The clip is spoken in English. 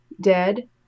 dead